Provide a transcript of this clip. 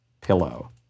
pillow